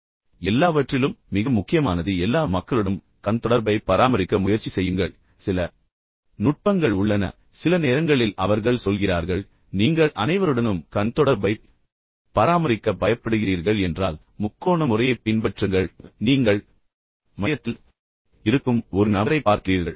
ஆனால் எல்லாவற்றிலும் மிக முக்கியமானது எல்லா மக்களுடனும் கண் தொடர்பைப் பராமரிக்க முயற்சி செய்யுங்கள் எனவே சில நுட்பங்கள் உள்ளன சில நேரங்களில் அவர்கள் சொல்கிறார்கள் நீங்கள் அனைவருடனும் கண் தொடர்பைப் பராமரிக்க உண்மையில் பயப்படுகிறீர்கள் என்றால் முக்கோண முறையைப் பின்பற்றுங்கள் அதாவது நீங்கள் மையத்தில் இருக்கும் ஒரு நபரைப் பார்க்கிறீர்கள்